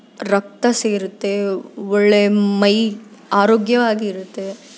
ರಕ್ತ ಸೇರುತ್ತೆ ಒಳ್ಳೆಯ ಮೈ ಆರೋಗ್ಯವಾಗಿ ಇರುತ್ತೆ